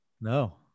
No